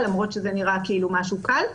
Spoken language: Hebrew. למרות שזה נראה כאילו משהו קל.